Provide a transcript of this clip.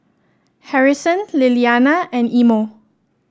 Harrison Lilliana and Imo